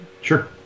Sure